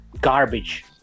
garbage